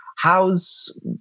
How's